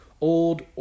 old